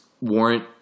warrant